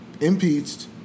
impeached